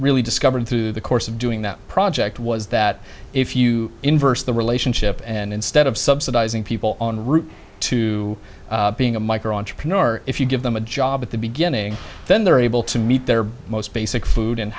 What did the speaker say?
really discovered through the course of doing that project was that if you inverse the relationship and instead of subsidizing people on route to being a micro entrepreneur if you give them a job at the beginning then they're able to meet their most basic food and